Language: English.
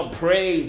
pray